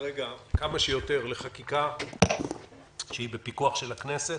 כמה שיותר לחקיקה שהיא בפיקוח של הכנסת.